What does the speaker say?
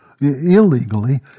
illegally